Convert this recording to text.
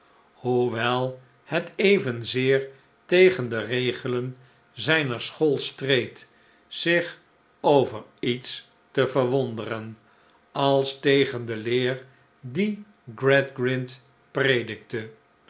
hoewel het evenzeer tegen de regelen zijner school streed zich over iets te verwonderen als tegen de leer die gradgrind predikte